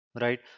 right